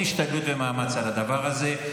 עוד השתדלות ומאמץ על הדבר הזה,